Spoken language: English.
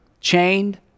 chained